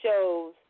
shows